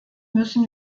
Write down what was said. müssen